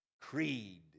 creed